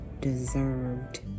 deserved